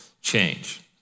change